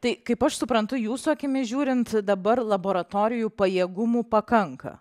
tai kaip aš suprantu jūsų akimis žiūrint dabar laboratorijų pajėgumų pakanka